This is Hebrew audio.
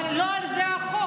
אבל לא על זה החוק.